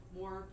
more